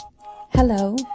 hello